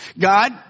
God